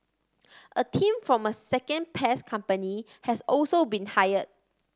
a team from a second pest company has also been hire